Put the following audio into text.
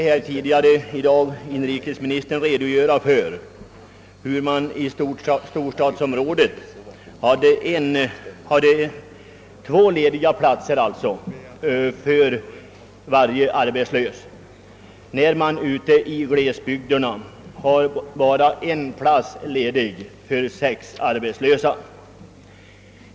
Vi hörde tidigare i dag inrikesministern redogöra för hur det i storstadsområdena finns två lediga platser för varje arbetslös, medan det i glesbygderna finns bara en plats ledig för sex arbetslösa.